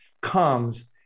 comes